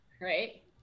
right